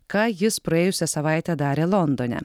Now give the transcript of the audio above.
ką jis praėjusią savaitę darė londone